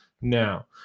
now